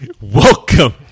Welcome